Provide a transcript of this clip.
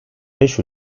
beş